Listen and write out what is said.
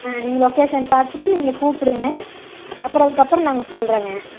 நீங்கள் லொக்கேஷன் பார்த்துட்டு நீங்கள் கூப்பிடுங்க அப்புறம் அதுக்கப்புறம் நாங்கள் சொல்கிறேங்க